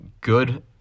good